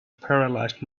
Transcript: paralysed